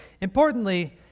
Importantly